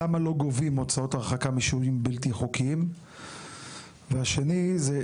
למה לא גובים הוצאות הרחקה משוהים בלתי חוקיים והשני זה,